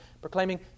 proclaiming